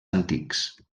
antics